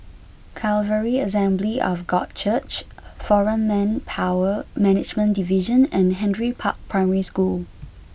Calvary Assembly of God Church Foreign Manpower Management Division and Henry Park Primary School